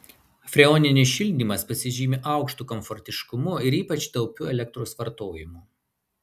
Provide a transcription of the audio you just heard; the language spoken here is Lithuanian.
freoninis šildymas pasižymi aukštu komfortiškumu ir ypač taupiu elektros vartojimu